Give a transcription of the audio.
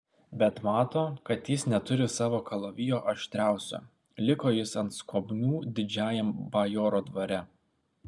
bet mato kad jis neturi savo kalavijo aštriausio liko jis ant skobnių didžiajam bajoro dvare